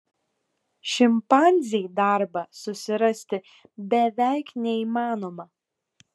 šimpanzei darbą susirasti beveik neįmanoma